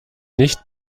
nicht